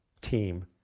team